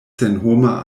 senhoma